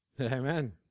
Amen